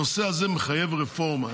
הנושא הזה מחייב רפורמה.